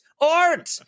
art